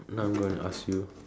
now I'm going to ask you